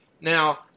Now